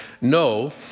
no